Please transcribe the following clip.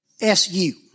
S-U